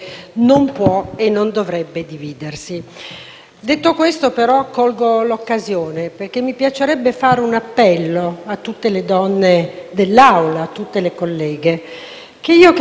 Detto questo, però, colgo l'occasione, perché mi piacerebbe fare un appello a tutte le donne dell'Aula, a tutte le colleghe. Credo che per quanto riguarda la violenza